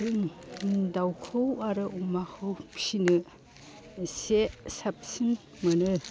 जों दाउखौ आरो अमाखौ फिसिनो एसे साबसिन मोनो